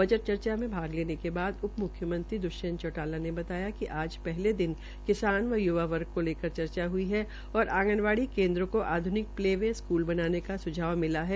budget चर्चा में भाग लेने के बाद उप म्ख्यमंत्री द्वष्यंत चौटाला ने बताया कि आज पहले दिन किसान व य्वा वर्ग को लेकर चर्चा हई है और आंगनवाड़ी केन्द्रों को आध्निक प्ले वे स्कूल बनाने का सुझाव मिला है